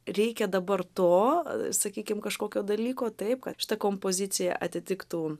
reikia dabar to sakykim kažkokio dalyko taip kad šita kompozicija atitiktų